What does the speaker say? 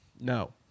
No